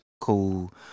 cool